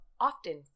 often